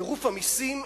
טירוף המסים,